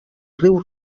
riu